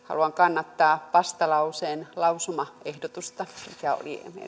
haluan kannattaa vastalauseen lausumaehdotusta mikä oli